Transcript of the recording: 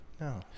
No